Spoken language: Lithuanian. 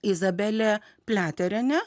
izabelė pliaterienė